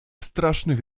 strasznych